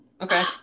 Okay